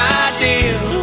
ideal